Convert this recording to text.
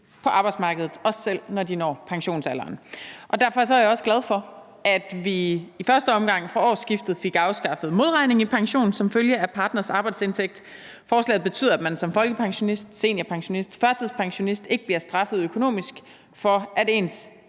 på arbejdsmarkedet, også selv når de når pensionsalderen. Derfor er jeg også glad for, at vi i første omgang fra årsskiftet fik afskaffet modregningen i pension som følge af en partners arbejdsindtægt. Forslaget betyder, at man som folkepensionist, seniorpensionist eller førtidspensionist ikke bliver straffet økonomisk for, at ens